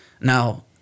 Now